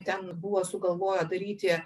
ten buvo sugalvoję daryti